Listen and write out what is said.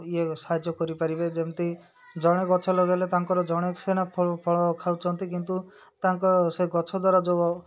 ଇଏ ସାହାଯ୍ୟ କରିପାରିବେ ଯେମିତି ଜଣେ ଗଛ ଲଗାଇଲେ ତାଙ୍କର ଜଣେ ସେନା ଫଳ ଖାଉଛନ୍ତି କିନ୍ତୁ ତାଙ୍କ ସେ ଗଛ ଦ୍ୱାରା ଯେଉଁ